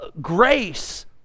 grace